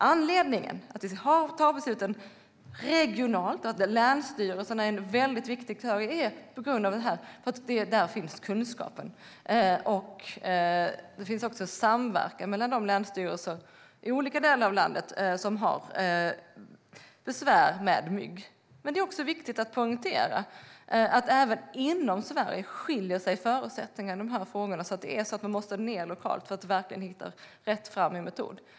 Anledningen till att besluten ska tas regionalt, till att länsstyrelserna är en viktig aktör, är att det är där kunskapen finns. Det finns också samverkan mellan de länsstyrelser i olika delar av landet som har besvär med mygg. Men det är också viktigt att poängtera att förutsättningarna inom Sverige skiljer sig åt i de här frågorna. Man måste alltså ned lokalt för att verkligen hitta rätt metod.